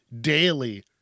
daily